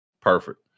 Perfect